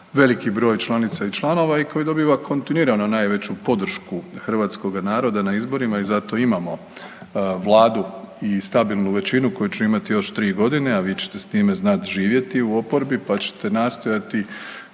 veliki broj članica i članova i koji dobiva kontinuirano najveću podršku hrvatskoga naroda na izborima i zato imamo Vladu i stabilnu većinu koju će imati još tri godine, a vi ćete s time znat živjeti u oporbi pa ćete nastojati